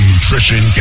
Nutrition